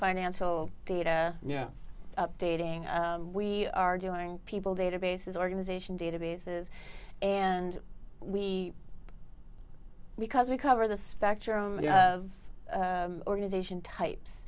financial data yeah updating we are doing people databases organization databases and we because we cover the spectrum of organization types